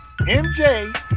MJ